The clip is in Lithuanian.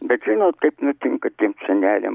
bet žinot kaip nutinka tiems seneliam